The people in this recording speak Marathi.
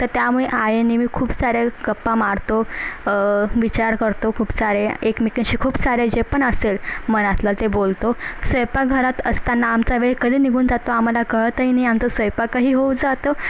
तर त्यामुळे आई आणि मी खूप साऱ्या गप्पा मारतो विचार करतो खूप सारे एकमेकींशी खूप सारे जे पण असेल मनातलं ते बोलतो स्वयंपाकघरात असताना आमचा वेळ कधी निघून जातो आम्हाला कळतही नाही आमचा स्वयंपाकही होऊन जातो